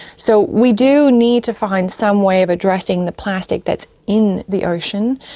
so we do need to find some way of addressing the plastic that's in the ocean.